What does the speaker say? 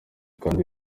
kandi